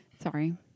Sorry